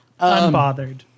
Unbothered